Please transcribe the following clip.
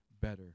better